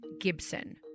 Gibson